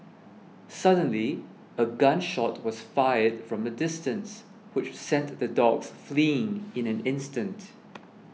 suddenly a gun shot was fired from a distance which sent the dogs fleeing in an instant